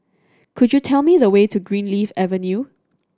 could you tell me the way to Greenleaf Avenue